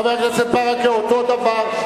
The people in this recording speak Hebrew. חבר הכנסת ברכה, אותו הדבר.